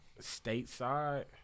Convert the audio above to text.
stateside